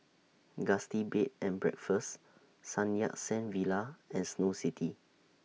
Gusti Bed and Breakfast Sun Yat Sen Villa and Snow City